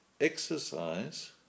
Exercise